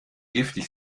giftig